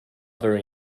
very